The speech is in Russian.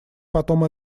потом